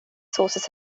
sources